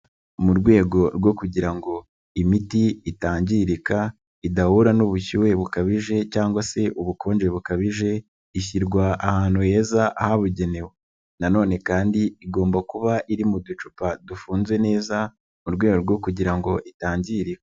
Mu rwego rwo kugira ngo imiti itangirika idahura n'ubushyuhe bukabije cyangwa se ubukonje bukabije ishyirwa ahantu heza habugenewe, nanone kandi igomba kuba iri mu ducupa dufunze neza mu rwego rwo kugira ngo itangirika.